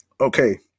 Okay